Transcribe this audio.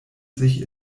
sich